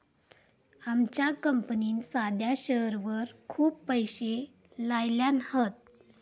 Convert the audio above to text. आमच्या कंपनीन साध्या शेअरवर खूप पैशे लायल्यान हत